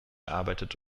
erarbeitet